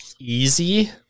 easy